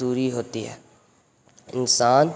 دوری ہوتی ہے انسان